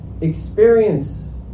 experience